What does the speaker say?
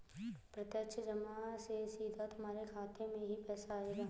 प्रत्यक्ष जमा से सीधा तुम्हारे खाते में ही पैसे आएंगे